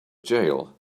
jail